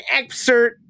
excerpt